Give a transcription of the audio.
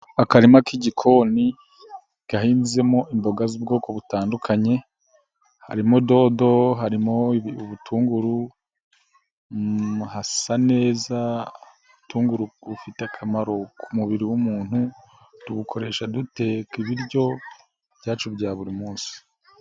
Akarima k'igikoni gahinzemo imboga z'ubwoko butandukanye harimo dodo harimo ibutunguru, hasa neza . Ibitunguru bifite akamaro ku mubiri w'umuntu tubikoresha duteka ibiryo byacu bya buri munsi.